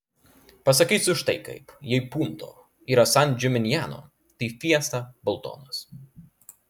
pasakysiu štai kaip jei punto yra san džiminjano tai fiesta boltonas